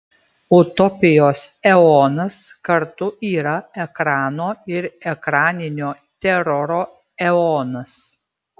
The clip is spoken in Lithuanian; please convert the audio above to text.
utopijos eonas kartu yra ekrano ir ekraninio teroro eonas